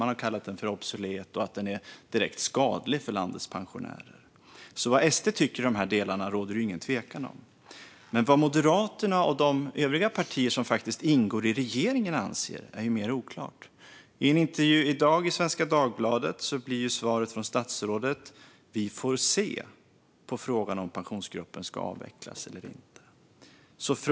Man har kallat den obsolet och direkt skadlig för landets pensionärer. Vad SD tycker om de här delarna råder det alltså ingen tvekan om. Men vad Moderaterna och de övriga partierna som faktiskt ingår i regeringen anser är mer oklart. I en intervju i Svenska Dagbladet i dag svarar statsrådet på frågan om Pensionsgruppen ska avvecklas eller inte: Vi får se.